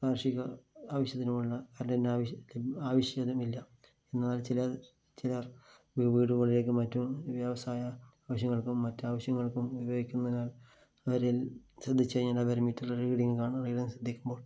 കാര്ഷിക ആവശ്യത്തിനുമുള്ള കറണ്ടിന്റെ എന്നാല് ചിലര് ചിലര് ഇത് വീടുകളിലേക്കും മറ്റും വ്യവസായ ആവശ്യങ്ങള്ക്കും മറ്റാവശ്യങ്ങള്ക്കും ഉപയോഗിക്കുന്നതിനാല് അവര് ശ്രദ്ധിച്ചു കഴിഞ്ഞാല് അവരുടെ മീറ്റര് റീഡിങ് കാണാന് കഴിയുന്നു ശ്രദ്ധിക്കുമ്പോള്